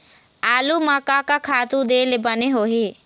आलू म का का खातू दे ले बने होही?